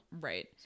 Right